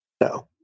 No